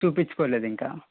చూపించుకోలేదు ఇంకా